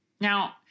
Now